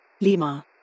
Lima